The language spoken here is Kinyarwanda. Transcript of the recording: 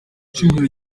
cyumweru